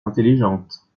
intelligente